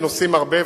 ונוסעים הרבה,